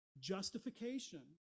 justification